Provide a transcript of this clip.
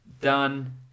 done